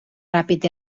ràpid